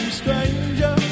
stranger